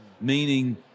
meaning